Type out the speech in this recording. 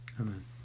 Amen